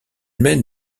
mène